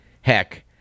Heck